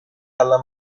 alla